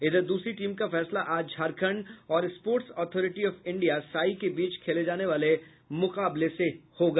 इधर दूसरी टीम का फैसला आज झाखरंड और sports authority of India SAI के बीच खेले जाने वाले मुकाबले से होगा